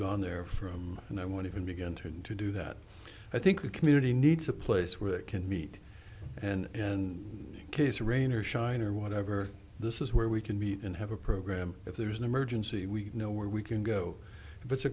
gone there from and i want even begin to do that i think the community needs a place where it can meet and case rain or shine or whatever this is where we can meet and have a program if there's an emergency we know where we can go if it's a